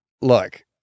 look